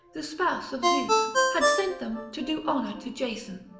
the spouse of zeus, had sent them to do honour to jason.